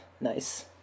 nice